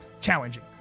challenging